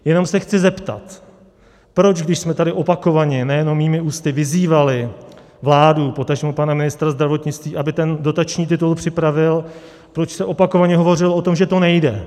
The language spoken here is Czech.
Jenom se chci zeptat, proč, když jsme tady opakovaně, nejenom mými ústy, vyzývali vládu, potažmo pana ministra zdravotnictví, aby dotační titul připravil, proč se opakovaně hovořilo o tom, že to nejde.